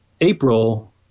April